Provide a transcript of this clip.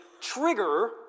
trigger